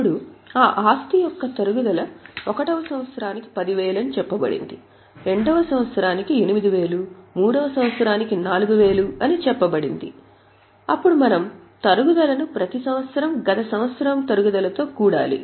ఇప్పుడు ఆ ఆస్తి యొక్క తరుగుదల 1 వ సంవత్సరానికి 10000 అని చెప్పబడింది 2 వ సంవత్సరానికి సంవత్సరం 8000 3 వ సంవత్సరానికి 4000 అని తెలిసింది అప్పుడు మనం తరుగుదలను ప్రతి సంవత్సరం గత సంవత్సరం తరుగుదల తో కూడాలి